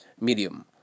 medium